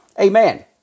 Amen